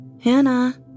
Hannah